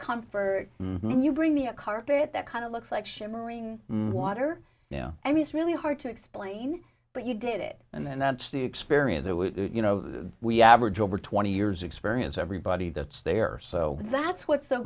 comfort and you bring me a carpet that kind of looks like shimmering water yeah i mean it's really hard to explain but you did it and that's the experience you know we average over twenty years experience everybody that's there so that's what's so